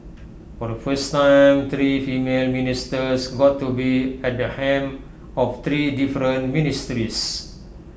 for the first time three female ministers got to be at the helm of three different ministries